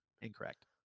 incorrect